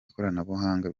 ikoranabuhanga